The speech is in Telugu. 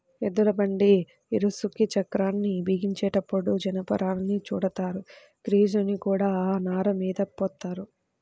ఎద్దుల బండి ఇరుసుకి చక్రాల్ని బిగించేటప్పుడు జనపనారను చుడతారు, గ్రీజుని కూడా ఆ నారమీద పోత్తారు